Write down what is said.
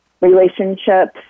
relationships